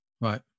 Right